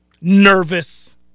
nervous